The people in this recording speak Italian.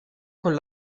con